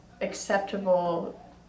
acceptable